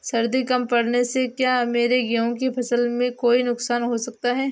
सर्दी कम पड़ने से क्या मेरे गेहूँ की फसल में कोई नुकसान हो सकता है?